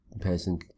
person